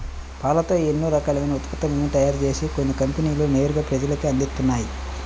పాలతో ఎన్నో రకాలైన ఉత్పత్తులను తయారుజేసి కొన్ని కంపెనీలు నేరుగా ప్రజలకే అందిత్తన్నయ్